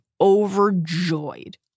overjoyed